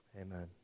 Amen